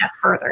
further